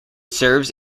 serves